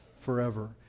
forever